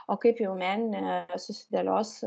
o kaip jau meninė susidėlios